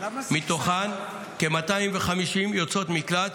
מתוכן כ-250 יוצאות מקלט